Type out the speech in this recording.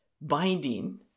binding